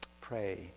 pray